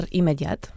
imediat